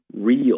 real